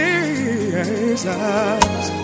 Jesus